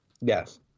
Yes